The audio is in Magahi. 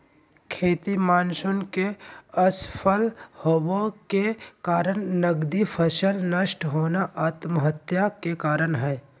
खेती मानसून के असफल होबय के कारण नगदी फसल नष्ट होना आत्महत्या के कारण हई